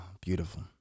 beautiful